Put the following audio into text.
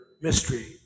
mystery